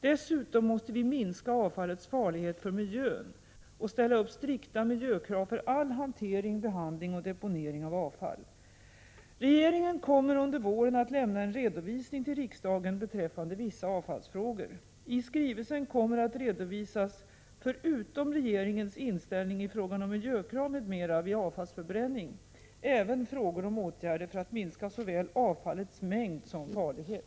Dessutom måste vi minska avfallets farlighet för miljön och ställa upp strikta miljökrav för all hantering, behandling och deponering av avfall. Regeringen kommer under våren att lämna en redovisning till riksdagen beträffande vissa avfallsfrågor. I skrivelsen kommer att redovisas, förutom regeringens inställning i frågan om miljökrav m.m. vid avfallsförbränning, även frågor om åtgärder för att minska såväl avfallets mängd som farlighet.